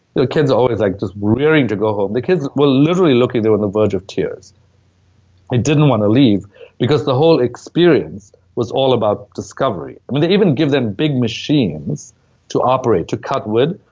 the kids are always like just raring to go home. the kids were literally looking. they were on the verge of tears they didn't wanna leave because the whole experience was all about discovery they even give them big machines to operate, to cut with.